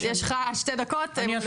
יש לך שתי דקות, ברשותך.